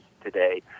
today